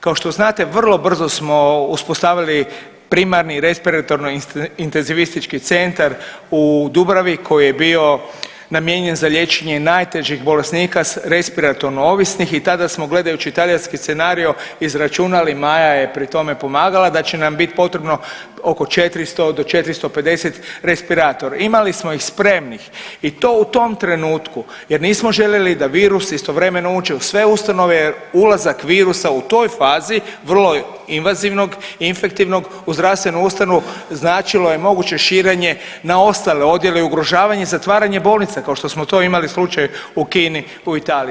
Kao što znate vrlo brzo smo uspostavili primarni respiratorno intenzivistički centar u Dubravi koji je bio namijenjen za liječenje najtežih bolesnika s respiratorno ovisnih i tada smo gledajući talijanski scenarijo izračunali, Maja je pri tome pomagala, da će nam bit potrebno oko 400 do 450 respiratora, imali smo ih spremnih i to u tom trenutku jer nismo željeli da virus istovremeno uđe u sve ustanove jer ulazak virusa u toj fazi vrlo invazivnog i infektivnog u zdravstvenu ustanovu značilo je moguće širenje na ostale odjele i ugrožavanje i zatvaranje bolnica kao što smo to imali slučaj u Kini i u Italiji.